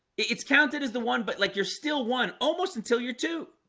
it's counted as the one but like you're still one almost until you're two